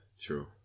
True